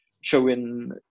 showing